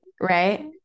Right